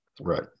Right